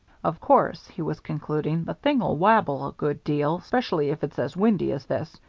of course, he was concluding, the thing'll wabble a good deal, specially if it's as windy as this,